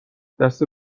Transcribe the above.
دسته